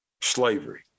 slavery